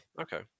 Okay